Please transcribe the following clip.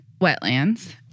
wetlands